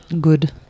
Good